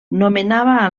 nomenava